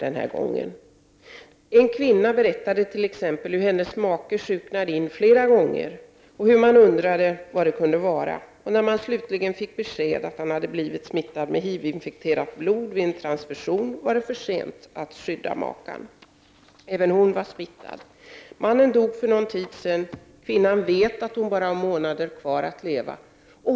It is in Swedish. En kvinna berättar t.ex. hur hennes make flera gånger insjuknade, och de undrade vad det kunde vara. När de slutligen fick besked att han hade smittats av HIV-infekterat blod vid en blodtransfusion var det för sent att skydda makan, även hon var smittad. Mannen dog för någon tid sedan, kvinnan vet att hon bara har månader kvar att leva.